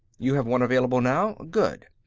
you have one available now? good.